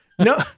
No